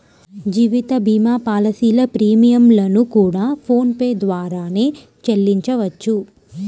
జీవిత భీమా పాలసీల ప్రీమియం లను కూడా ఫోన్ పే ద్వారానే చెల్లించవచ్చు